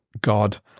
God